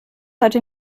heute